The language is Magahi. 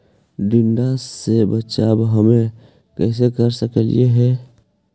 टीडा से बचाव हम कैसे कर सकली हे?